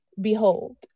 behold